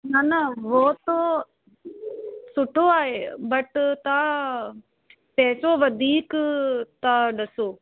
न न उहो त सुठो आहे बट तव्हां पैसो वधीक था ॾसो